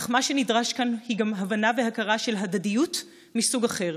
אך מה שנדרש כאן הוא גם הבנה והכרה של הדדיות מסוג אחר,